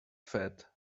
fat